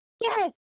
Yes